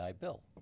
Bill